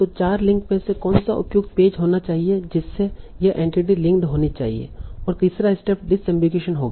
तों चार लिंक में से कौन सा उपयुक्त पेज होना चाहिए जिससे यह एंटिटी लिंक्ड होनी चाहिए और तीसरा स्टेप डिसअम्बिगुईशन होगा